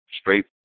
straight